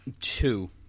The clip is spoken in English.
two